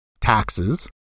taxes